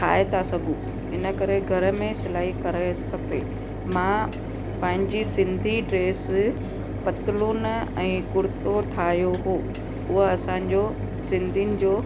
ठाहे था सघूं इन करे घर में सिलाई कराइसि खपे मां पंहिंजी सिंधी ड्रेस पतलून ऐं कुर्तो ठाहियो हुओ उहा असांजो सिंधियुनि जो